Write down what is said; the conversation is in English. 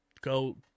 Go